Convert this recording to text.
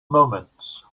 moments